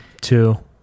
two